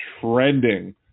trending